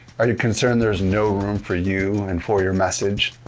are you concerned there's no room for you and for your message?